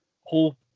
whole